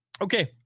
Okay